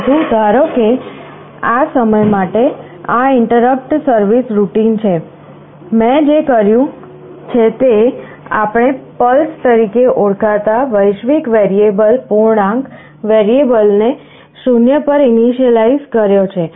પરંતુ ધારો કે આ સમય માટે આ ઇન્ટરપટ સર્વિસ રૂટિન છે મેં જે કર્યું છે તે આપણે પલ્સ તરીકે ઓળખાતા વૈશ્વિક વેરિયેબલ પૂર્ણાંક વેરિયેબલને 0 પર ઇનિશ્યલાઈઝ કર્યો છે